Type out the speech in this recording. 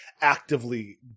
actively